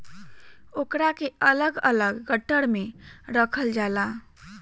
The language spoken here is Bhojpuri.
ओकरा के अलग अलग गट्ठर मे रखल जाला